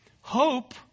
Hope